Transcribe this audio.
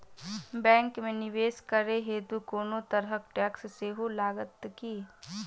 Bank मे निवेश करै हेतु कोनो तरहक टैक्स सेहो लागत की?